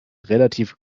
relativ